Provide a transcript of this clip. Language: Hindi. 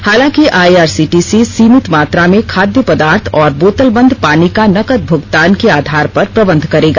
हालाँकि आईआरसीटीसी सीमित मात्रा में खाद्य पदार्थ और बोतलबंद पानी का नकद भुगतान के आधार पर प्रबंध करेगा